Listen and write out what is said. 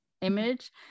image